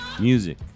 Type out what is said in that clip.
Music